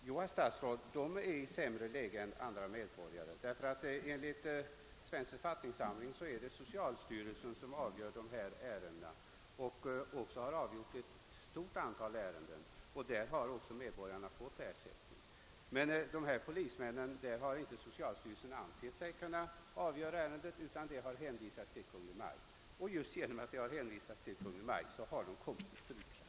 Herr talman! Jo, herr statsråd, de befinner sig i ett sämre läge än andra medborgare. Enligt svensk författningssamling är det socialstyrelsen som avgör dessa ärenden och den har också avgjort ett stort antal ärenden. Därmed har också »vanliga» medborgare fått sin ersättning. Men i fråga om polismännen har socialstyrelsen inte ansett sig kunna avgöra ärendena utan hänvisat dem till Kungl. Maj:t. Just genom att de hänvisats till Kungl. Maj:t har polismännen kommit i strykklass.